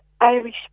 Irish